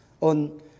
on